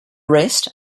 rest